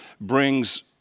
brings